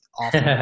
awesome